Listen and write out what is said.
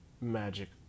magic